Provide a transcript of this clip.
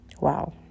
Wow